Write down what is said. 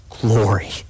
Glory